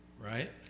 Right